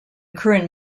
current